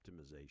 optimization